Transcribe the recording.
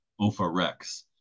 Opharex